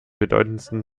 bedeutendsten